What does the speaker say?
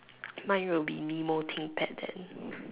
mine will be Nemo Thinkpad then